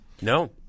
no